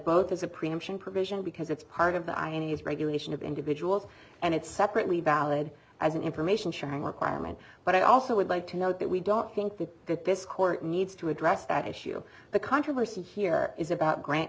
both as a preemption provision because it's part of the iranians regulation of individuals and it's separately valid as an information sharing requirement but i also would like to note that we don't think that this court needs to address that issue the controversy here is about grant